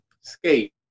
skate